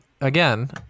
again